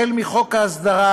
החל בחוק ההסדרה,